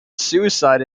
suicide